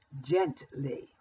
gently